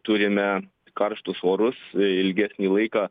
turime karštus orus ilgesnį laiką